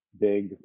big